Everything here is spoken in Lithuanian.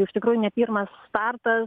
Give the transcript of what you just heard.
iš tikrųjų ne pirmas startas